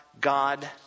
God